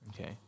Okay